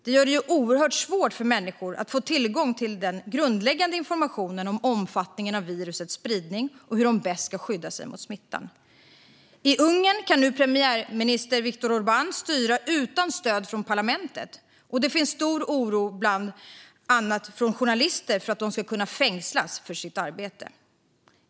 Det gör det oerhört svårt för människor att få tillgång till den grundläggande informationen om omfattningen av virusets spridning och hur de bäst ska skydda sig mot smittan. I Ungern kan nu premiärminister Viktor Orbán styra utan stöd från parlamentet, och det finns en stor oro hos bland annat journalister för att de kan komma att fängslas för sitt arbete.